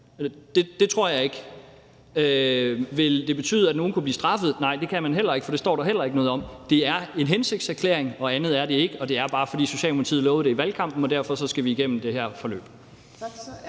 Det tror jeg ikke. Vil den betyde, at nogle kunne blive straffet? Nej, det kan man ikke, for det står der heller ikke noget om. Det er en hensigtserklæring, andet er det ikke, og det sker bare, fordi Socialdemokratiet lovede det i valgkampen. Derfor skal vi igennem det her forløb.